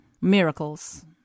miracles